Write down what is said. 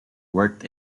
worked